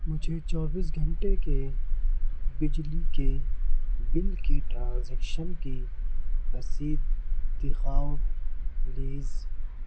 مجھے چوبیس گھنٹے کے بجلی کے بل کی ٹرانزیکشن کی رسید دکھاؤ پلیز